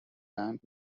rank